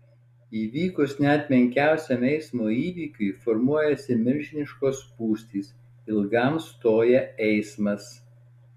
įvykus net menkiausiam eismo įvykiui formuojasi milžiniškos spūstys ilgam stoja eismas